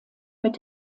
mit